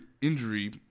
injury